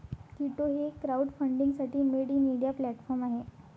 कीटो हे क्राउडफंडिंगसाठी made in India platform आहे